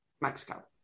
Mexico